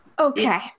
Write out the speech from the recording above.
Okay